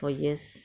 for years